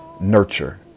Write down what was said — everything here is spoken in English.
nurture